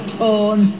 tone